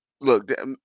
Look